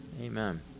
Amen